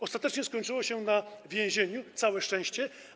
Ostatecznie skończyło się na więzieniu - całe szczęście.